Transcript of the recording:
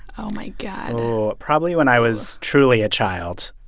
oh, my god oh, probably when i was truly a child